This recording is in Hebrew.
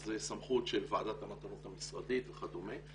אז זו סמכות של ועדת המתנות המשרדית וכדומה,